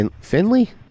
Finley